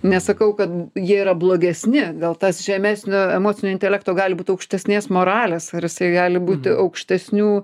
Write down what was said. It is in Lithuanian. nesakau kad jie yra blogesni gal tas žemesnio emocinio intelekto gali būt aukštesnės moralės ar jisai gali būti aukštesnių